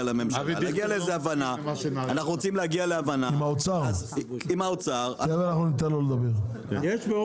להגיע להבנה עם האוצר, לפני שזה מגיע לממשלה.